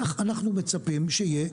כך אנחנו מצפים שיהיה,